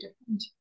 different